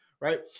right